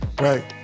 right